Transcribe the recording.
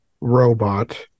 robot